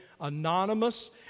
anonymous